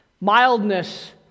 Mildness